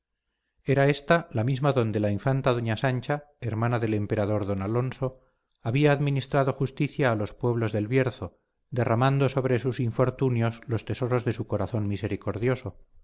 era ésta la misma donde la infanta doña sancha hermana del emperador don alonso había administrado justicia a los pueblos del bierzo derramando sobre sus infortunios los tesoros de su corazón misericordioso